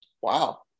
Wow